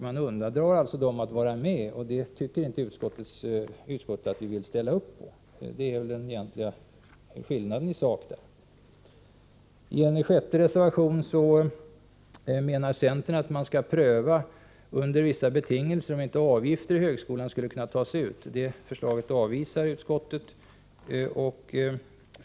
Man undandrar alltså dem möjligheten att vara med, och det vill inte utskottet ställa upp på. — Det är den egentliga skillnaden i sak. I en sjätte reservation menar centern att man under vissa betingelser skall pröva om inte avgifter skulle kunna tas ut i högskolan. Det förslaget avvisar utskottet.